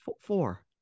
four